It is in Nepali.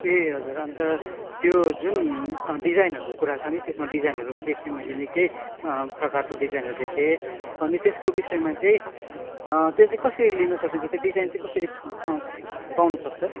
ए हजुर अन्त त्यो जुन डिजाइनहरूको कुरा छ नि त्यसमा डिजाइनहरू पनि देखेँ मैले निकै प्रकारको डिजाइनहरू देखेँ अनि त्यसको विषयमा चाहिँ त्यो चाहिँ कसरी लिन सकिन्छ त्यो डिजाइन चाहिँ कसरी पाउ पाउन सक्छ